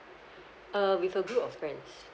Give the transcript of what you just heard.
uh with a group of friends